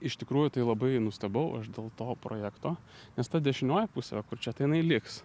iš tikrųjų tai labai nustebau aš dėl to projekto nes ta dešinioji pusė kur čia tai jinai liks